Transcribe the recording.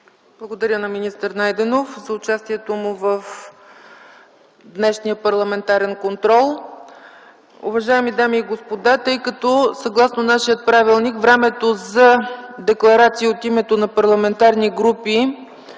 Благодаря на министър Найденов за участието му в днешния парламентарен контрол.